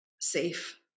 safe